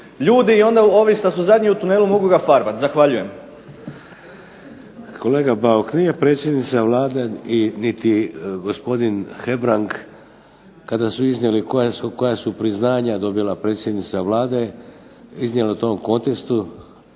ljudi i ovi koji su zadnji u tunelu mogu ga farbati. Zahvaljujem. **Šeks, Vladimir (HDZ)** Kolega BAuk nije predsjednica Vlade niti gospodin Hebrang kada su iznijeli koja su priznanja dobila predsjednica Vlade iznijeli u tom kontekstu,